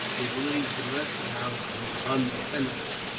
he believes the rest of the house to be untenanted,